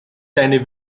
deine